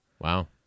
Wow